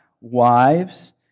wives